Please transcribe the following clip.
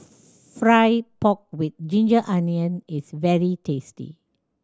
fry pork with ginger onion is very tasty